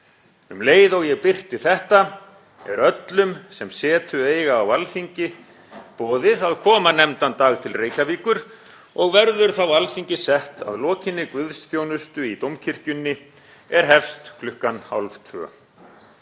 Um leið og ég birti þetta, er öllum, sem setu eiga á Alþingi, boðið að koma nefndan dag til Reykjavíkur, og verður þá Alþingi sett að lokinni guðsþjónustu í Dómkirkjunni er hefst kl. 13.30.